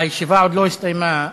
הישיבה עוד לא הסתיימה.